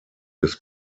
des